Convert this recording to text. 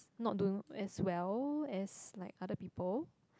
not doing as well as like other people